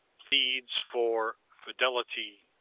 pleads for fidelity,